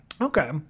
Okay